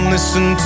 Listen